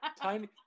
Tiny